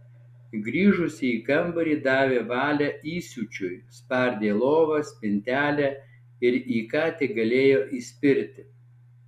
grįžusi į kambarį davė valią įsiūčiui spardė lovą spintelę ir į ką tik galėjo įspirti